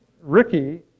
Ricky